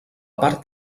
part